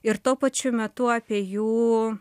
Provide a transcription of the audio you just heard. ir tuo pačiu metu apie jų